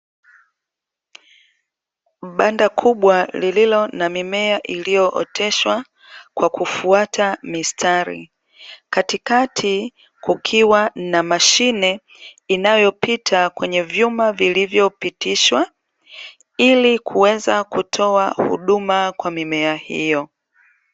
Banda kubwa lililo na mimea iliyooteshwa kwa kufuata mistari, katikati kukiwa na mashine inayopita kwenye vyuma vilivyopitishwa ili kuweza kutoa huduma kwa mimea hiyo.